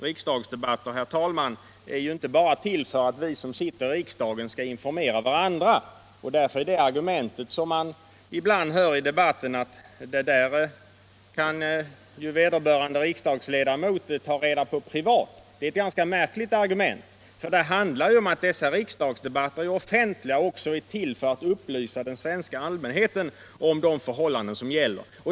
Riksdagsdebatten är ju inte bara till för att vi som sitter i riksdagen skall informera varandra, och därför är det argument som man ibland hör i debatten, att det där kan vederbörande riksdagsledamot ta reda på privat, ganska märkligt. Riksdagsdebatterna är ju offentliga och är också till för att upplysa den svenska allmänrheten om de förhållanden som råder.